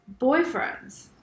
Boyfriends